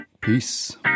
Peace